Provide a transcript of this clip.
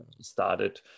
started